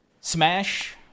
Smash